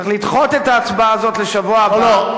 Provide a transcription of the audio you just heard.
צריך לדחות את ההצבעה הזאת לשבוע הבא.